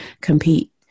compete